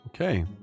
Okay